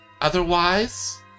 Otherwise